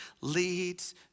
leads